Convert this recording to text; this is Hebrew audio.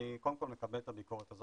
אני קודם כל מקבל את הביקורת הזאת.